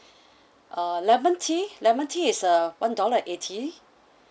uh lemon tea lemon tea is uh one dollar and eighty